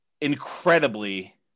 incredibly